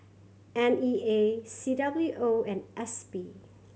N E A C W O and S P